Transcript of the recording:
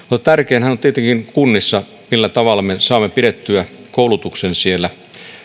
tärkeintähän tietenkin kunnissa on se millä tavalla me saamme pidettyä koulutuksen siellä